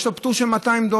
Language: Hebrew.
יש לו פטור של 200 דולר,